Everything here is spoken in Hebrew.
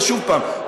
ושוב פעם,